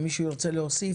אז מי שירצה להוסיף,